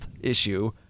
issue